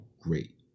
great